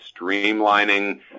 streamlining